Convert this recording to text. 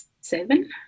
seven